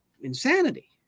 insanity